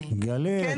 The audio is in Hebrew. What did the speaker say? אני